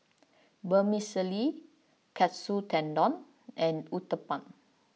Vermicelli Katsu Tendon and Uthapam